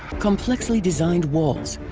complexly designed walls.